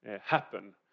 happen